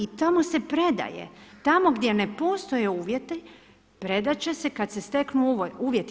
I tamo se predaje, tamo gdje ne postoje uvjeti predati će se kada se steknu uvjeti.